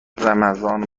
رمضان